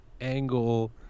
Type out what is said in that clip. angle